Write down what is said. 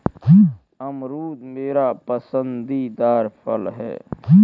अमरूद मेरा पसंदीदा फल है